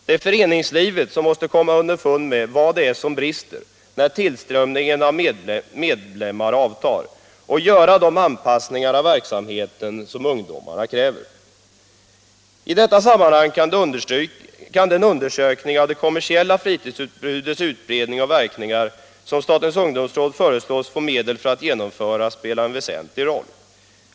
Det är föreningslivet som måste komma underfund med vad det är som brister när tillströmningen av medlemmar avtar och göra de anpassningar av verksamheten som ungdomar kräver. I detta sammanhang kan den undersökning av det kommersiella fritidsutbudets utbredning och verkningar som statens ungdomsråd föreslås få medel för att genomföra spela en väsentlig roll.